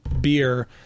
beer